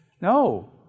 No